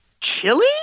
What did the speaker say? chili